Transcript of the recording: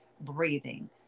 breathing